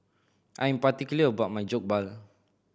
I am particular about my Jokbal